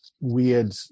weird